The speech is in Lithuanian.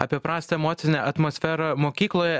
apie prastą emocinę atmosferą mokykloje